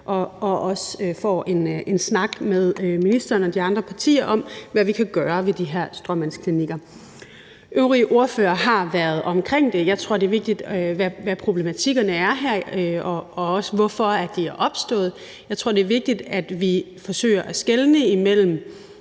og også får en snak med ministeren og de andre partier om, hvad vi kan gøre ved de her stråmandsklinikker. De øvrige ordførere har været omkring det. Jeg tror, det er vigtigt, hvad problematikkerne er her, og også hvorfor de er opstået. Jeg tror, det er vigtigt, at vi forsøger at skelne imellem